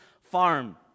farm